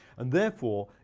and therefore,